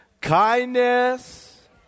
kindness